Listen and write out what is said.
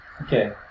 Okay